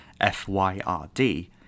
FYRD